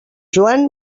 joan